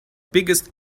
biggest